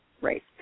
Right